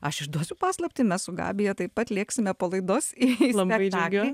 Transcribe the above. aš išduosiu paslaptį mes su gabija taip pat lėksime po laidosį spektaklį